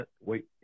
Wait